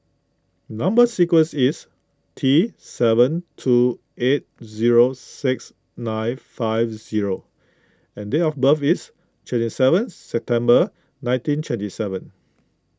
Number Sequence is T seven two eight zero six nine five zero and date of birth is twenty seventh September nineteen twenty seven